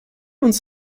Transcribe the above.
uns